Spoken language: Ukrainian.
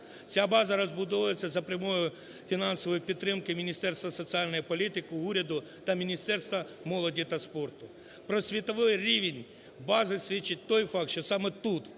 Ця база розбудовується за прямою фінансової підтримки Міністерства соціальної політики, уряду та Міністерства молоді та спорту. Про світовий рівень бази свідчить той факт, що саме тут,